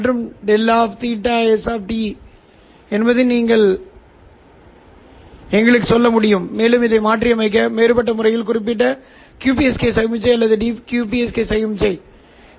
ஒரு இறுதி புள்ளி என்னவென்றால் உள்வரும் சமிக்ஞைகள் அவை துருவப்படுத்தப்படப் போகின்றன என்பதை நாங்கள் அறிவோம் துருவமுனைப்பு பற்றி நாங்கள் பேசவில்லை என்றாலும் ஆப்டிகல் சிக்னல்களை துருவப்படுத்தலாம்